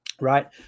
right